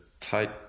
tight